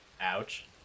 Ouch